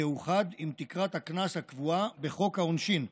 תאוחד עם תקרת הקנס הקבועה בחוק העונשין.